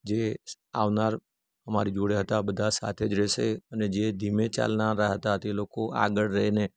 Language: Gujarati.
જે આવનાર અમારી જોડે હતા બધા સાથે રહેશે અને જે ધીમે ચાલનારા હતા તે લોકો આગળ રહીને